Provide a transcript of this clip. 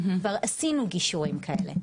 כבר עשינו גישורים כאלה.